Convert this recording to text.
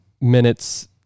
minutes